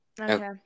Okay